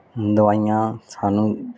ਦਵਾਈਆਂ ਸਾਨੂੰ